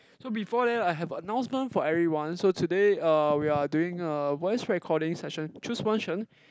so before that I have announcement for everyone so today uh we are doing a voice recording session choose one Shen